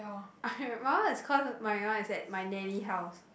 my one is cause my one is at my nanny house